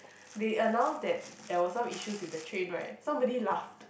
they announce that there was some issues with the train right somebody laughed